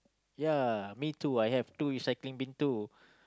ya me too I have two recycling bin too